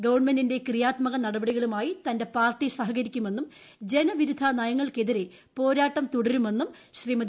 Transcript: ഗവൺമെന്റിന്റെ ക്രിയാത്മക നടപടികളുമായി തന്റെ പാർട്ടി സഹകരിക്കുമെന്നും ജനവിരുദ്ധ നയങ്ങൾക്കെതിരെ പോരാട്ടം തുടരുമെന്നും ശ്രീമതി